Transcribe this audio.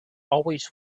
always